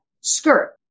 skirt